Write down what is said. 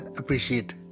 appreciate